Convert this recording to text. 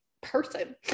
person